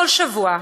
כל שבוע,